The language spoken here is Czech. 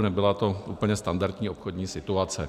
Nebyla to úplně standardní obchodní situace.